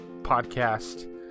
podcast